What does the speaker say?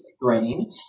grain